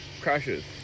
crashes